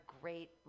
great